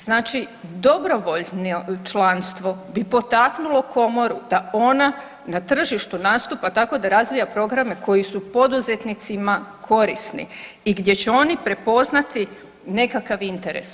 Znači dobrovoljno članstvo bi potaknulo Komoru da ona na tržištu nastupa tako da razvija programe koji su poduzetnicima korisni i gdje će oni prepoznati nekakav interes.